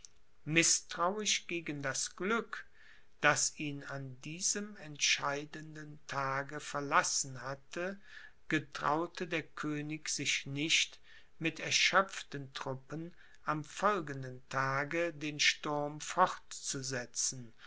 mißtrauisch gegen das glück das ihn an diesem entscheidenden tage verlassen hatte getraute der könig sich nicht mit erschöpften truppen am folgenden tage den sturm fortzusetzen